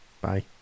Bye